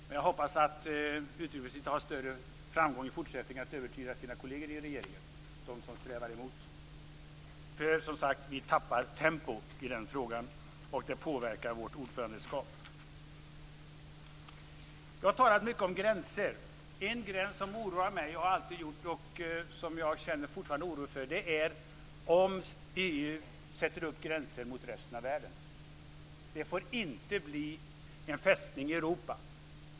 Men jag hoppas att utrikesministern i fortsättningen har större framgång med att övertyga de av sina kolleger i regeringen som strävar emot. Som sagt, vi tappar tempo i den frågan och det påverkar vårt ordförandeskap. Jag har talat mycket om gränser. En gräns som alltid har oroat mig och som jag fortfarande känner oro för är om EU sätter upp gränser mot resten av världen. Det får inte bli en Fästning Europa.